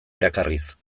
erakarriz